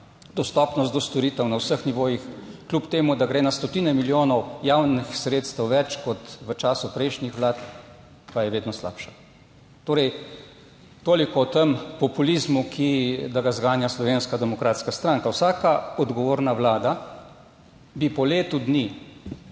Dostopnost do storitev na vseh nivojih, kljub temu, da gre na stotine milijonov javnih sredstev več kot v času prejšnjih vlad, pa je vedno slabša. Torej toliko o tem populizmu, ki, da ga zganja Slovenska demokratska stranka. Vsaka odgovorna vlada bi po letu dni